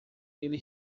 ele